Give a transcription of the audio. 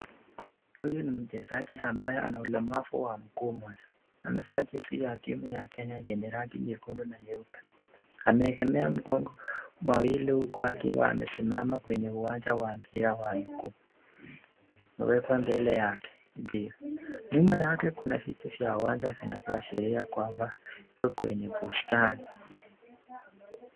Huyu ni mchezaji ambaye ana ulemavu wa mguu moja, amevaa jezi ya timu ya kenya yenye rangi nyekundu na nyeupe, ameegemea mkono mawili huku akiwa amesimama kwenye uwanja wa mpira ya miguu, imewekwa mbele yake mpira. Nyuma yake kuna viti vya uwanja vinavyo ashiria kwamba iko kwenye bustani.